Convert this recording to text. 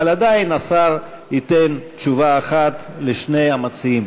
אבל עדיין השר ייתן תשובה אחת לשני המציעים.